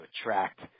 attract